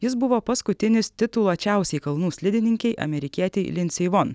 jis buvo paskutinis tituluočiausiai kalnų slidininkei amerikietei linsei von